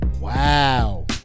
Wow